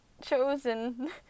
Chosen